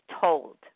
told